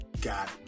got